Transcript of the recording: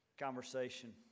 conversation